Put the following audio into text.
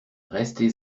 restez